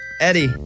Eddie